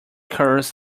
curls